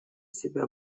себя